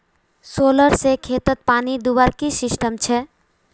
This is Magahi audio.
सोलर से खेतोत पानी दुबार की सिस्टम छे?